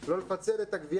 אז לא לפצל את הגבייה.